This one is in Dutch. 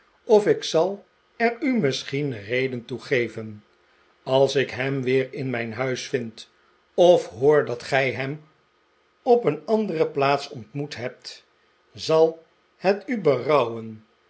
of ik zal w er u misschien reden toe geven als ik hem weer in mijn huis vind of hoor dat gij hem op een andere plaats ontmoet hebt zal het u